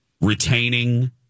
retaining